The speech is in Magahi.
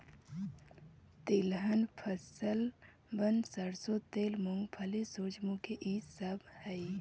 तिलहन फसलबन सरसों तेल, मूंगफली, सूर्यमुखी ई सब हई